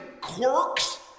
quirks